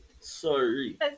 sorry